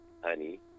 Honey